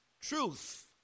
truth